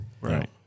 right